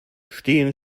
stehen